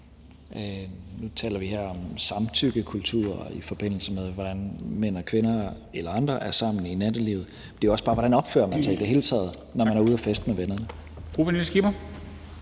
Nu taler vi her om samtykkekultur, i forbindelse med hvordan mænd og kvinder eller andre er sammen i nattelivet, men det handler også om, hvordan man i det hele taget opfører sig, når man er ude og feste med vennerne.